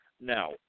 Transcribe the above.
now